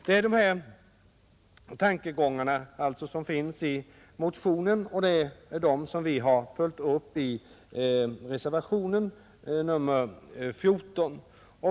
Det är dessa tankegångar som framförs i motionen, och det är den vi har följt upp i reservationen 14.